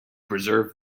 preserve